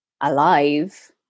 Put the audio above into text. alive